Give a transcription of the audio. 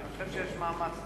אני חושב שיש מאמץ.